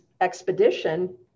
expedition